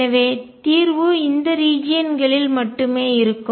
எனவே தீர்வு இந்த ரீஜியன்களில் பிராந்தியத்தில் மட்டுமே இருக்கும்